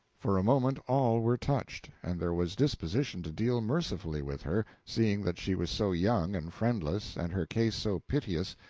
for a moment all were touched, and there was disposition to deal mercifully with her, seeing that she was so young and friendless, and her case so piteous,